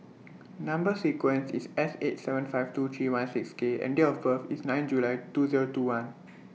Number sequence IS S eight seven five two three one six K and Date of birth IS nineth July two Zero two one